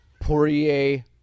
Poirier